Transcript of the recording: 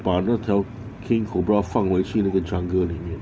把那条 king cobra 放回去那个 jungle 里面